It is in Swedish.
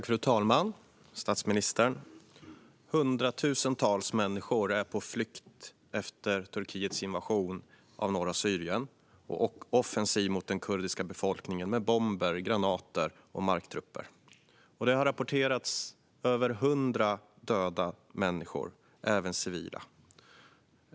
Fru talman och statsministern! Hundratusentals människor är på flykt efter Turkiets invasion av norra Syrien och offensiv mot den kurdiska befolkningen med bomber, granater och marktrupper. Det har rapporterats över 100 döda människor, även civila.